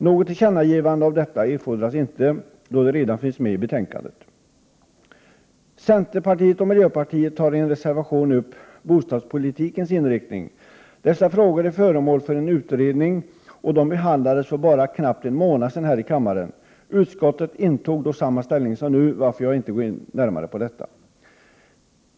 Något tillkännagivande om detta erfordras ej, då det redan finns med i betänkandet. Centerpartiet och miljöpartiet tar i en reservation upp frågan om bostadspolitikens inriktning. Denna fråga är föremål för en utredning och behandlades för bara knappt en månad sedan här i kammaren. Utskottet intog då samma ställning som nu, varför jag ej närmare går in på detta.